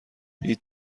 هیچ